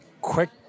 quick